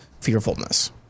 fearfulness